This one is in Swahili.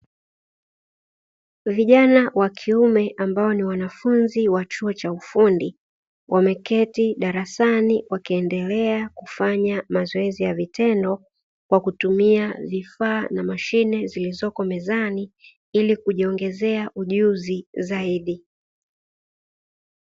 Vijana wa kiume ambao ni wanafunzi wa chuo cha ufundi, wameketi darasani wakiendelea kufanya mazoezi ya vitendo kwa kutumia vifaa na mashine zilizoko mezani ili kujiongezea ujuzi zaidi.